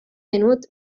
venut